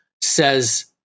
says